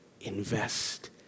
Invest